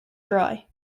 dry